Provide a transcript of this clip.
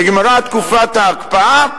נגמרה תקופת ההקפאה,